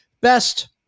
best